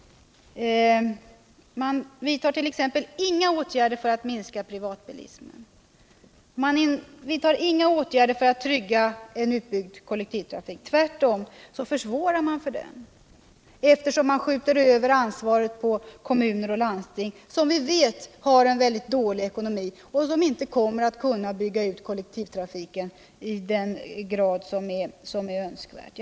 Man vidtar t.ex. inga åtgärder för att minska privatbilismen. Man vidtar inga åtgärder för att trygga sent utbyggd kollektivtrafik. Tvärtom försvårar man för den, eftersom man skjuter över ansvaret på kommuner och landsting, vilka vi vet har en mycket dålig ekonomi och inte kommer att kunna bygga ut kollektivtrafiken i den grad som är önskvärd.